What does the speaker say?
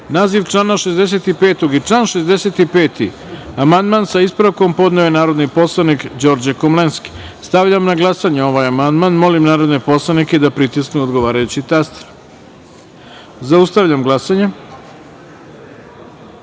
iznad člana 64. i član 64. amandman, sa ispravkom, podneo je narodni poslanik Đorđe Komlenski. Stavljam na glasanje ovaj amandman. Molim narodne poslanike da pritisnu odgovarajući taster na poslaničkoj